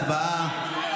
להצבעה.